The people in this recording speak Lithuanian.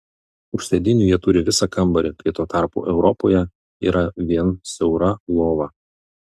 už sėdynių jie turi visą kambarį kai tuo tarpu europoje yra vien siaura lova